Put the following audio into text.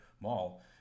Mall